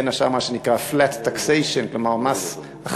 בין השאר מה שנקרא: flat taxation, כלומר מס אחיד.